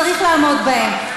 צריך לעמוד בהם.